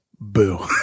boo